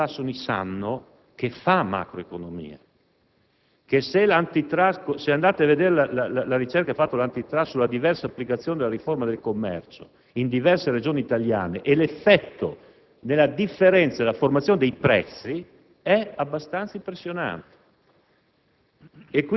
E invece gli anglosassoni sanno che fa macroeconomia. Se andate a leggere la ricerca fatta dall'*Antitrust* sulla diversa applicazione della riforma del commercio in varie Regioni italiane, vedrete che l'effetto nella differenza della formazione dei prezzi è abbastanza impressionante.